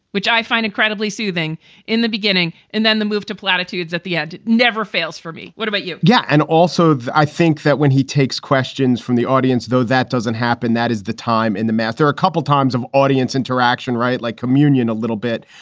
which i find incredibly soothing in the beginning and then the move to platitudes that the ad never fails for me. what about you? yeah. and also, i think that when he takes questions from the audience, though, that doesn't happen. that is the time in the matter. a couple of times of audience interaction. right. like communion a little bit.